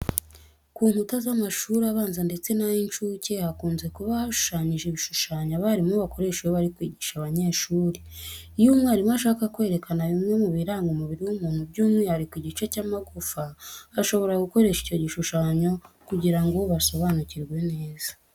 Ku nkuta z'amashuri abanza ndetse n'ay'incuke hakunze kuba hashushanyije ibishushanyo abarimu bakoresha iyo bari kwigisha abanyeshuri. Iyo umwarimu ashaka kwerekana bimwe mu biranga umubiri w'umuntu by'umwihariko igice cy'amagufa, ashobora gukoresha icyo gishushanyo kugira ngo basobanukirwe neza.